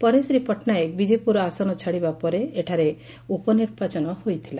ପରେ ଶ୍ରୀ ପଟ୍ଟନାୟକ ବିଜେପୁର ଆସନ ଛାଡ଼ିବା ପରେ ଏଠାରେ ଉପନିର୍ବାଚନ ହୋଇଥିଲା